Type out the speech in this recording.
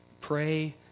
Pray